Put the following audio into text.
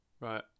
right